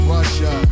Russia